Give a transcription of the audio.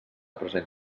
present